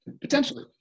Potentially